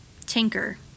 tinker